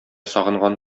сагынган